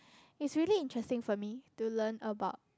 it's really interesting for me to learn about